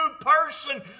person